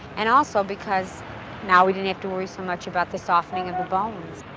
and also because now we don't have to worry so much about the softening of the bones.